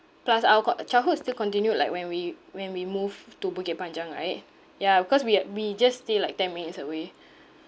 plus our co~ uh childhood still continued like when we when we moved to Bukit Panjang right ya because we uh we just stay like ten minutes away